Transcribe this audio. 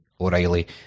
O'Reilly